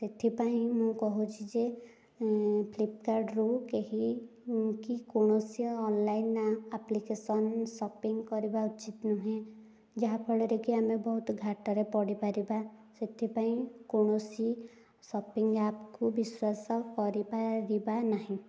ସେଥିପାଇଁ ମୁଁ କହୁଛି ଯେ ଫ୍ଲିପ୍କାର୍ଟ୍ ରୁ କେହି କି କୌଣସି ଅନ୍ଲାଇନ୍ ଆପ୍ଲିକେସନ୍ ସପିଙ୍ଗ୍ କରିବା ଉଚିତ୍ ନୁହେଁ ଯାହାଫଳରେ କି ଆମେ ବହୁତ ଘାଟାରେ ପଡ଼ି ପାରିବା ସେଥିପାଇଁ କୌଣସି ସପିଙ୍ଗ୍ ଆପ୍କୁ ବିଶ୍ୱାସ କରିପାରିବା ନାହିଁ